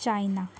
China